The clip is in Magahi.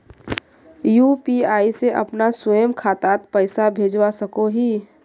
यु.पी.आई से अपना स्वयं खातात पैसा भेजवा सकोहो ही?